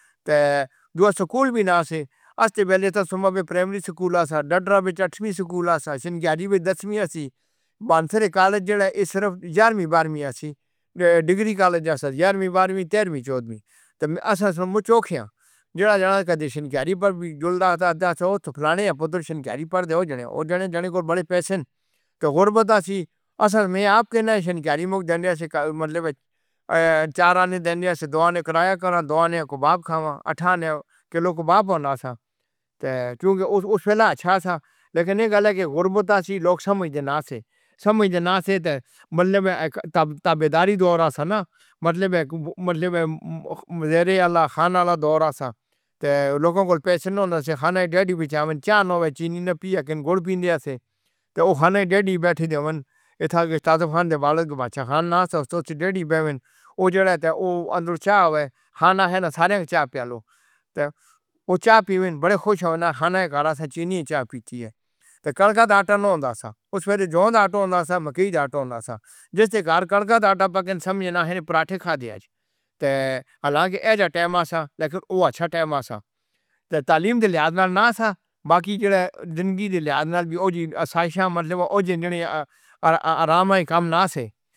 تُوں دو سکول وی نہ سی۔ اَسّی پہلے تاں صُبح میں پرائمری سکول، ڈڈرا بیچارا سکول، سنکیاری میں دسویں اسی، بانسر اکیڈمی کالج زیرہ ای سرور یار میں بارہویں-تیرہویں، چودہویں۔ تاں اصل میں منہ چوک گیا۔ زیرہ جانا کدے سنکیاری پہ وی جھول رہا۔ تاں پھر آ نہیں پُتر۔ سنکیاری پڑھتے ہو جنے۔ تے جانے-جانے کوں وڈے پیسے ہن۔ غربت آشیش اصل میں آپ کے لیے سنیوار ہی کام مطلب چاراں دےݨ سے دو نے کراوا کر دو۔ انی کباب کھانا ہا نے کلو کباب بݨا ہا تاں او والا چنگا ہا۔ پر ایہ نئیں آکھدا کہ غربت ہے لوک سمجھ جانے سے۔ سمجھ جانے سے تاں مطلب تݙاں بیڈاری دوہرایا نہ مطلب اک مطلب زیرہ والا کھان والا دوہرایا ہے۔ لوکاں کوں پیسے نہ ہووݨ سے کھانے دی ڈرٹی وی چھَن چار نو چینی پیؤ کن گُڑ پیندے سے تاں کھانے دی ڈرٹی بیٹھی جیون اِتھو تاج اولفاخان دی بارات دے بچے کھان کوں ڈرٹی پیوے نہ او جڑے تے اندر چاہ وی کھانا ہے ناں سارے دے چا پیو لو تاں تے چاہ پیوے نہ وڈے خوش ہوݨا کھانے دا ہا چینی دا چاہ پیندی ہے۔ تاں کڑکا آٹا نئیں ہوندا ہا۔ اُس وجے جو دا آٹا ہوندا ہا، مکئی دا آٹا ہوندا ہا۔ جیڑھی طرح گاڑھ کر کے آٹا پکن سمجھ نئیں ہیں پراٹھے کھادے ہن۔ حالانکہ ایسا ٹائم ہا پر او چنگا ٹائم ہا۔ تاں تعلیم دے لحاظ نہ ہا باقی زندگی دے لحاظ نہ وی اَج جی سوچو مرزی اَج جے وی ہو آرام سے کم نہ ہو۔